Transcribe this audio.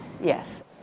Yes